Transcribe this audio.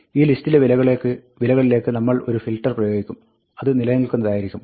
ഈ ലിസ്റ്റിലെ വിലകളിലേക്ക് നമ്മൾ ഒരു ഫിൽട്ടർ പ്രയോഗിക്കും അത് നിലനിൽക്കുന്നതായിരിക്കും